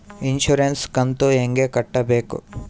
Insurance ಕಂತು ಹೆಂಗ ಕಟ್ಟಬೇಕು?